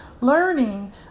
learning